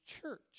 church